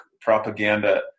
Propaganda